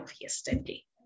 yesterday